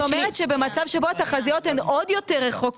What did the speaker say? את אומרת שבמצב שבו התחזיות הן עוד רחוקות,